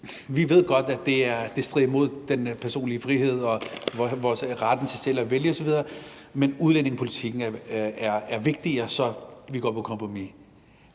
vi ved godt, at det strider imod den personlige frihed og retten til selv at vælge osv., men udlændingepolitikken er vigtigere, så vi går på kompromis.